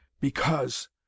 Because